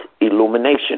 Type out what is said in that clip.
illumination